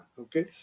okay